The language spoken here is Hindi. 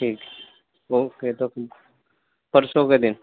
ठीक है ओके तब परसों के दिन